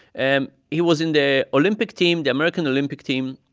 and he was in the olympic team, the american olympic team.